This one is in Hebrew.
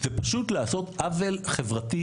זה פשוט לעשות עוול חברתי,